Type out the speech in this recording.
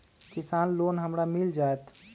किसान लोन हमरा मिल जायत?